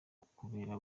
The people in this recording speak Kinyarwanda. ukubera